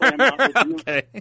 Okay